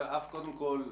קודם כול,